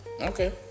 Okay